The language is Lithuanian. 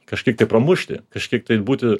kažkiek tai pramušti kažkiek tai būti